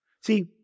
See